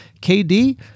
KD